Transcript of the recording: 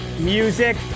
music